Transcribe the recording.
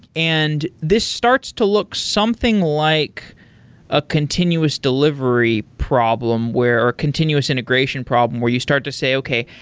and this starts to look something like a continuous delivery problem where continuous integration problem where you start to say, okay.